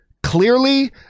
Clearly